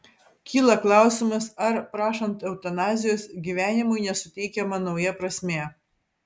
kyla klausimas ar prašant eutanazijos gyvenimui nesuteikiama nauja prasmė